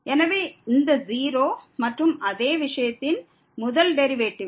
எனவே இந்த 0 மற்றும் அதே விஷயத்தின் முதல் டெரிவேட்டிவ்